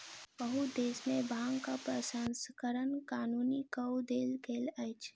बहुत देश में भांगक प्रसंस्करण कानूनी कअ देल गेल अछि